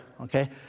Okay